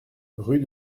rue